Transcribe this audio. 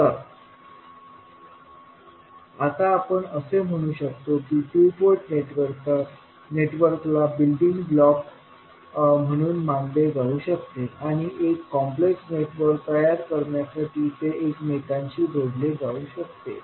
तर आता आपण असे म्हणू शकतो की टू पोर्ट नेटवर्कला बिल्डींग ब्लॉक म्हणून मानले जाऊ शकते आणि एक कॉम्प्लेक्स नेटवर्क तयार करण्यासाठी ते एकमेकांशी जोडले जाऊ शकतात